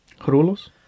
rulos